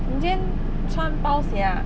你今天穿包鞋 ah